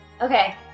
Okay